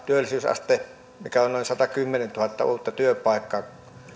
työllisyysaste mikä on noin satakymmentätuhatta uutta työpaikkaa